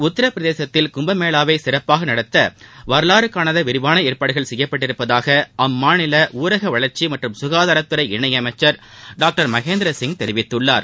உத்தரப்பிரதேசத்தில் கும்பமேளாவை சிறப்பாக நடத்த வரலாறு காணாத விரிவான ஏற்பாடுகள் செய்யப்பட்டுள்ளதாக அம்மாநில ஊரக வளர்ச்சி மற்றும் சுகாதாரத்துறை இணையமைச்சர் டாக்டர் மகேந்திரசிங் தெரிவித்துள்ளார்